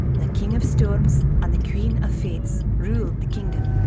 the king of storms and the queen of fates ruled the kingdom.